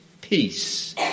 peace